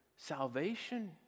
Salvation